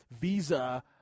visa